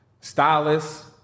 stylists